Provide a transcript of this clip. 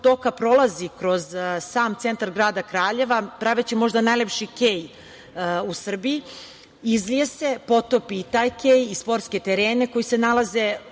toka prolazi kroz sam centar grada Kraljeva, praveći možda najlepši kej u Srbiji, izlije se, potopi taj kej i sportske terene koji se nalaze